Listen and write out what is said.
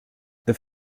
this